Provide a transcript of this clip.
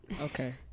Okay